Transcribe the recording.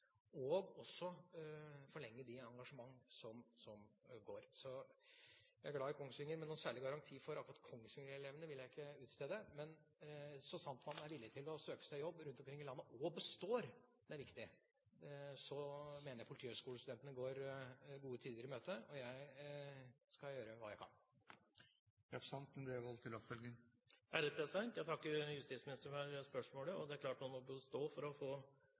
og også forlenge de engasjement som går. Jeg er glad i Kongsvinger, men noen særlig garanti for akkurat Kongsvinger-elevene vil jeg ikke utstede. Så sant man er villig til å søke seg jobb rundt omkring i landet – og består, det er viktig – mener jeg politihøyskolestudentene går gode tider i møte, og jeg skal gjøre hva jeg kan. Jeg takker justisministeren for svaret, og det er klart at man må bestå for å